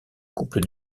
couple